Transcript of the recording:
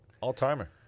All-timer